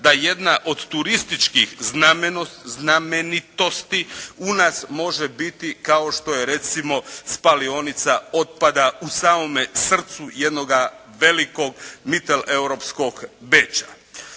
da jedna od turističkih znamenitosti u nas može biti, kao što je recimo spalionica otpada u samome srcu jednoga velikog mitel europskog Beča.